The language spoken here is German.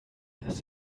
dass